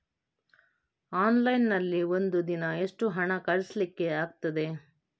Online ನಲ್ಲಿ ಒಂದು ದಿನ ಎಷ್ಟು ಹಣ ಕಳಿಸ್ಲಿಕ್ಕೆ ಆಗ್ತದೆ?